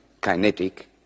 kinetic